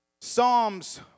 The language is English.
Psalms